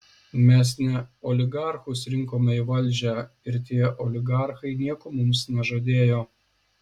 mes ne oligarchus rinkome į valdžią ir tie oligarchai nieko mums nežadėjo